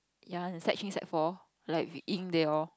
ya sec three sec four like with Ying they all